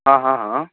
आ हा हा